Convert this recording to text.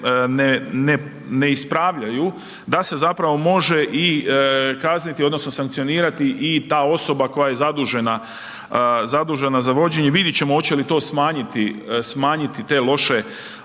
ne ispravljaju da se zapravo može i kazniti odnosno sankcionirati i ta osoba koja je zadužena, zadužena za vođenje. Vidjet ćemo oće li to smanjiti, smanjiti